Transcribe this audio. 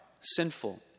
sinful